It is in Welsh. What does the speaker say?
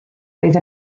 oedd